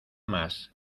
más